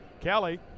Kelly